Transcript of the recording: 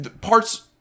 Parts